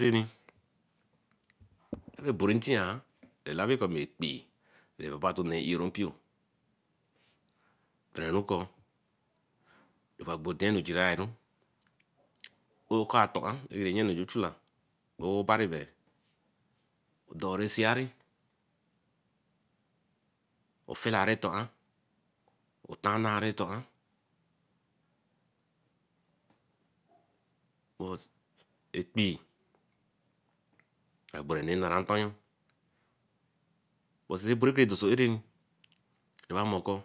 Erani oborintiah elabikor bey ekpee ebatonueru eron pio gberenrukor ifagodeni gerae oko aton ah ju chula obari beh dor rah seaer, ofotaretonnah, otonaratonah but ekpee agboruntin nara otonn brekebo rah dorso erere owamor kor